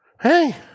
Hey